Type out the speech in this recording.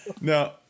No